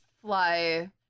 fly